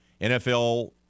NFL